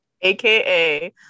AKA